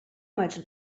much